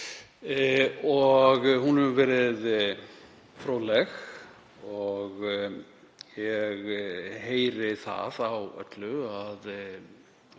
Hún hefur verið fróðleg og ég heyri það á öllu að